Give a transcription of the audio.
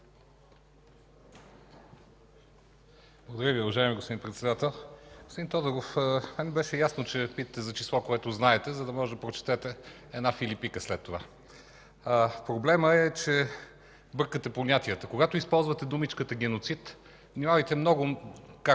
Благодаря Ви, уважаеми господин Председател. Господин Тодоров, беше ясно, че ме питате за число, което знаете, за да можете да прочетете една филипика след това. Проблемът е, че бъркате понятията. Когато използвате думичката „геноцид”, внимавайте много как